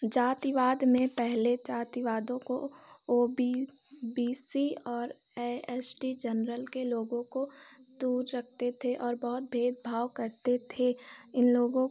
जातिवाद में पहले जातिवादियों को ओ बी बी सी और ए एस टी जनरल के लोगों को दूर रखते थे और बहुत भेदभाव करते थे इन लोगों